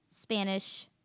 Spanish